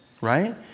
Right